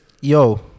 Yo